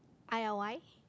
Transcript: I_L_Y